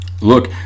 look